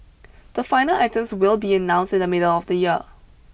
the final items will be announced in the middle of the year